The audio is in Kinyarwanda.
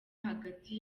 hagati